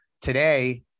Today